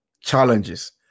challenges